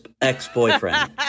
ex-boyfriend